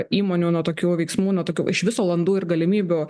įmonių nuo tokių veiksmų nuo tokių iš viso landų ir galimybių